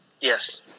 Yes